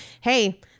Hey